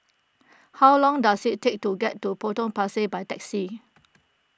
how long does it take to get to Potong Pasir by taxi